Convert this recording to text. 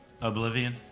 Oblivion